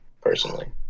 personally